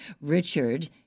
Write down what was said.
Richard